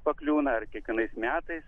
pakliūna ar kiekvienais metais